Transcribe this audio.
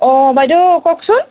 অ বাইদেউ কওকচোন